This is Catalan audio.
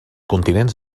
continents